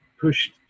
pushed